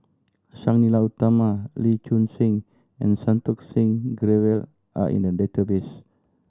Sang Nila Utama Lee Choon Seng and Santokh Singh Grewal are in the database